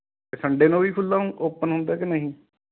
Sunday ਨੂੰ ਵੀ ਖੁੱਲਾ ਹੋ ਓਪਨ ਹੁੰਦਾ ਕਿ ਨਹੀਂ